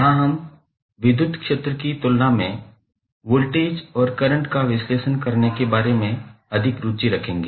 यहां हम विद्युत क्षेत्र की तुलना में वोल्टेज और करंट का विश्लेषण करने के बारे में अधिक रुचि रखते हैं